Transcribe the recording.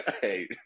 Hey